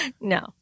No